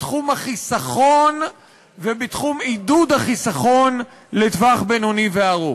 בתחום החיסכון ובתחום עידוד החיסכון לטווח בינוני וארוך.